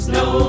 no